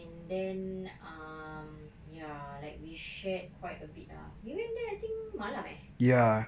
and then um ya like we shared quite a bit ah we went there I think malam eh